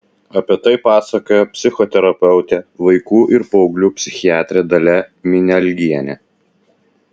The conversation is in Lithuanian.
apie tai pasakoja psichoterapeutė vaikų ir paauglių psichiatrė dalia minialgienė